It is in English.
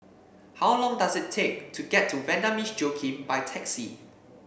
how long does it take to get to Vanda Miss Joaquim by taxi